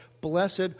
blessed